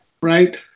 right